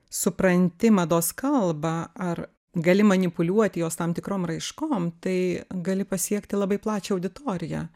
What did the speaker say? supranti mados kalbą ar gali manipuliuoti jos tam tikrom raiškom tai gali pasiekti labai plačią auditoriją